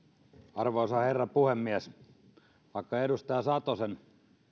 arvoisa herra puhemies vaikka edustaja satosen